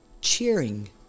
cheering